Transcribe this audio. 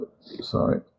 sorry